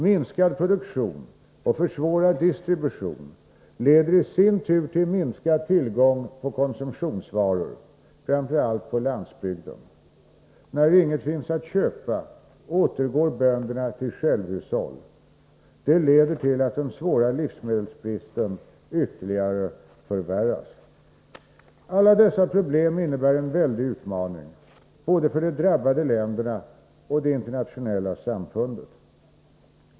Minskad produktion och försvårad distribution leder i sin tur till minskad tillgång på konsumtionsvaror framför allt på landsbygden. När inget finns att köpa återgår bönderna till självhushåll. Det leder till att den svåra livsmedelsbristen ytterligare förvärras. Alla dessa problem innebär en väldig utmaning både för de drabbade länderna och för det internationella samfundet.